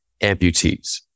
amputees